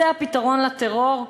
זה הפתרון לטרור?